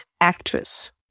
actress